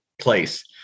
place